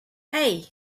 hey